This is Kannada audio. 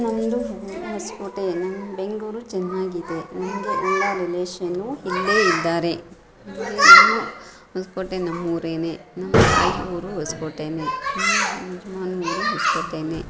ನಮ್ಮದು ಹೊಸಕೋಟೆ ನಮ್ಮ ಬೆಂಗಳೂರು ಚೆನ್ನಾಗಿದೆ ನನಗೆ ಎಲ್ಲ ರಿಲೇಶನ್ನು ಇಲ್ಲೇ ಇದ್ದಾರೆ ಹೊಸಕೋಟೆ ನಮ್ಮೂರೇನೆ ನಮ್ಮ ತಾಯಿ ಊರು ಹೊಸಕೋಟೆನೆ ನಮ್ಮ ಯಜಮಾನರ ಊರು ಹೊಸಕೋಟೆನೆ